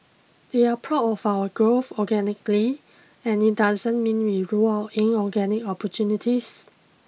we are proud of our growth organically and it doesn't mean we rule out inorganic opportunities